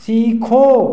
सीखो